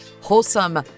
wholesome